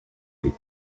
with